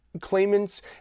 claimants